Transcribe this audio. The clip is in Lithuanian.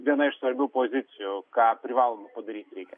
viena iš svarbių pozicijų ką privalomai padaryti reikia